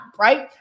right